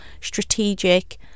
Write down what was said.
strategic